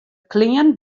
klean